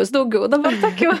vis daugiau dabar tokių